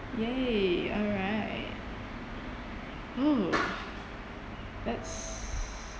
!yay! alright oh that's